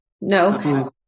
No